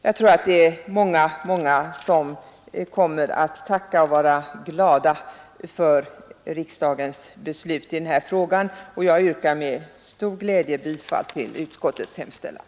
Jag tror att det är många, många som kommer att tacka och vara glada för riksdagens beslut i den här frågan, och jag yrkar med stor glädje bifall till utskottets hemställan.